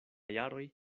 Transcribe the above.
jaroj